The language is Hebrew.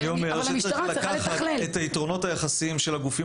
אני אומר שצריך לקחת את היתרונות היחסיים של הגופים